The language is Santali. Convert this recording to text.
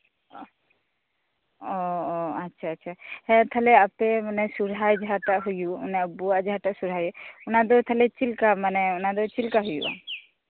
ᱚ ᱟᱪᱷᱟ ᱟᱪᱷᱟ ᱦᱮᱸ ᱛᱟᱦᱚᱞᱮ ᱟᱯᱮ ᱢᱟᱱᱮ ᱥᱚᱦᱚᱨᱟᱭ ᱡᱟᱦᱟᱸ ᱴᱟᱜ ᱦᱩᱭᱩᱜ ᱚᱱᱮ ᱟᱵᱩᱣᱟᱜ ᱡᱟᱦᱟᱸᱴᱟᱜ ᱥᱚᱦᱚᱨᱟᱭ ᱦᱩᱭᱩᱜ ᱚᱱᱟᱫᱚ ᱛᱟᱦᱚᱞᱮ ᱪᱮᱫᱞᱮᱠᱟ ᱢᱟᱱᱮ ᱚᱱᱟᱫᱚ ᱪᱮᱫᱞᱮᱠᱟ ᱦᱩᱭᱩᱜ ᱟ